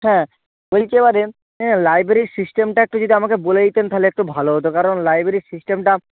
হ্যাঁ বলছি এবারে লাইব্রেরির সিস্টেমটা একটু যদি আমাকে বলে দিতেন তাহলে একটু ভালো হতো কারণ লাইব্রেরির সিস্টেমটা